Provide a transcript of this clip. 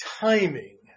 timing